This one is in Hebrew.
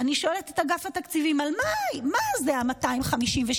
אני שואלת את אגף התקציבים: מה זה ה-256